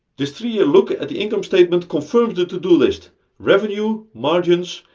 this three year look at the income statement confirms the to do list revenue, margins,